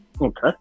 Okay